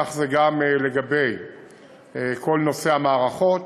כך זה גם לגבי כל נושא המערכות.